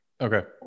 Okay